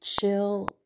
chill